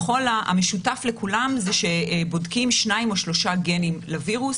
המשותף לכולם הוא שבודקים שניים או שלושה גנים לווירוס,